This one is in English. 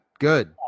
Good